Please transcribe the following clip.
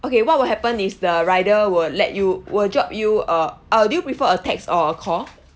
okay what will happen is the rider will let you will drop you a uh do you prefer a text or call